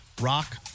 rock